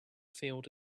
field